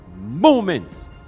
Moments